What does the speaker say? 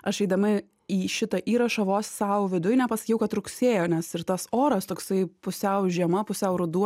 aš eidama į šitą įrašą vos sau viduj nepasakiau kad rugsėjo nes ir tas oras toksai pusiau žiema pusiau ruduo